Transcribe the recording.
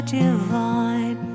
divine